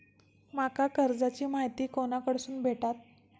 माका कर्जाची माहिती कोणाकडसून भेटात?